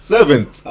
Seventh